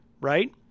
right